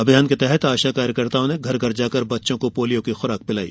अभियान के तहत आशा कार्यकर्ताओं ने घर घर जाकर बच्चों को पोलियो की खुराक पिलाई